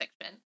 fiction